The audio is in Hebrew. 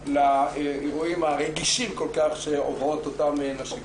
לאירועים הרגישים כל כך שעוברות אותן נשים.